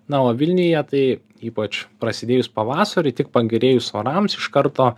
na o vilniuje tai ypač prasidėjus pavasariui tik pagerėjus orams iš karto